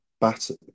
batter